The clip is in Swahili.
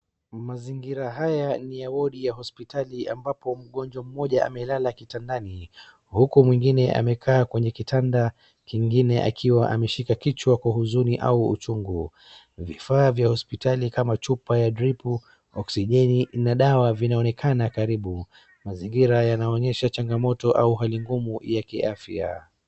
Mazingira haya ni ya wodi ya hospitali ambapo mgonjwa mmoja amelala kitandani, huku mwingine amekaa kwenye kitanda kingine akiwa ameshika kichwa kwa huzuni au uchungu. Vifaa vya hospitali kama chupa ya dripu, oksijeni na dawa vinaonekana karibu. Mazingira yanaonyesha changamoto au hali ngumu ya kiafya.